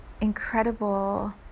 incredible